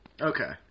Okay